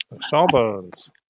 Sawbones